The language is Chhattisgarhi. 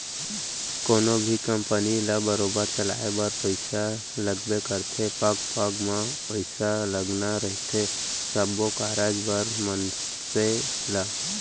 कोनो भी कंपनी ल बरोबर चलाय बर पइसा लगबे करथे पग पग म पइसा लगना रहिथे सब्बो कारज बर मनसे ल